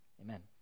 Amen